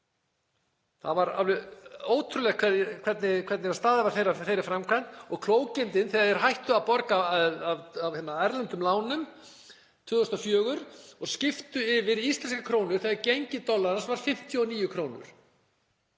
Það er alveg ótrúlegt hvernig staðið var að þeirri framkvæmd og klókindin þegar þeir hættu að borga af erlendum lánum 2004 og skiptu yfir í íslenska krónu þegar gengi dollarans var 59 kr.